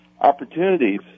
opportunities